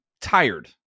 tired